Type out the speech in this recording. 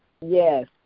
Yes